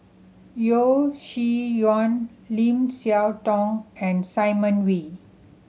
Yeo Shih Yun Lim Siah Tong and Simon Wee